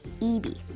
Eby